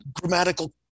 grammatical